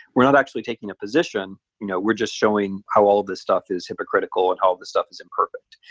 we're not actually taking a position you know we're just showing how all of this stuff is hypocritical and all of this stuff is imperfect.